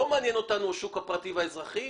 לא מעניין אותנו השוק הפרטי והאזרחי,